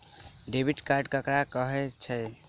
Debit card ककरा कहै छै?